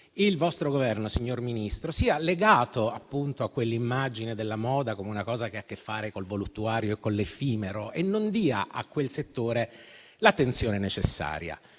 il vostro Governo, signor Ministro, sia legato a quell'immagine della moda come una cosa che ha a che fare col voluttuario e con l'effimero e non dia a quel settore l'attenzione necessaria.